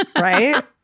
Right